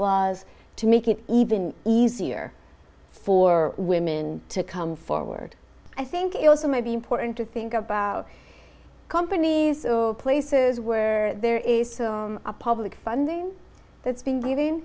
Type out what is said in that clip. laws to make it even easier for women to come forward i think it also may be important to think about companies places where there is a public funding that's been given